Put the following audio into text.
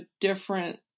different